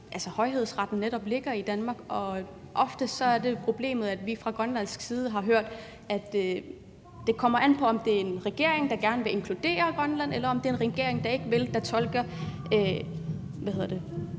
idet højhedsretten netop ligger i Danmark. Og ofte er problemet, at vi fra grønlandsk side har hørt, at det kommer an på, om det er en regeringen, der gerne vil inkludere Grønland, eller om det er en regering, der ikke vil, og som tolker grundloven